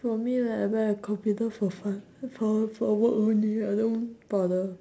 for me like I buy a computer for fun for wo~ for work only I don't bother